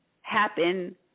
happen